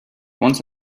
once